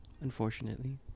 Unfortunately